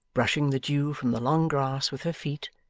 brushing the dew from the long grass with her feet,